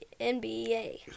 NBA